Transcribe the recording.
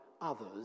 others